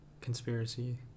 conspiracy